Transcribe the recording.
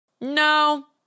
no